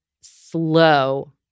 slow